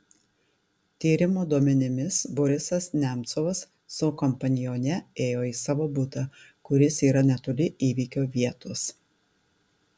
tyrimo duomenimis borisas nemcovas su kompanione ėjo į savo butą kuris yra netoli įvykio vietos